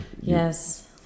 Yes